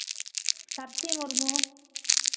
Sathi Murmu